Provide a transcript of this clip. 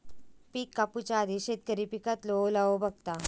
पिक कापूच्या आधी शेतकरी पिकातलो ओलावो बघता